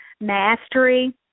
mastery